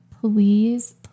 please